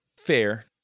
Fair